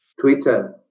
Twitter